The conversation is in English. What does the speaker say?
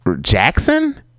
Jackson